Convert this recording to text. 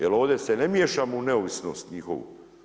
Jer ovdje se ne miješamo u neovisnost njihovu.